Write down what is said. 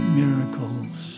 miracles